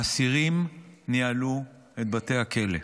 אסירים ניהלו את בתי הכלא.